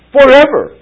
Forever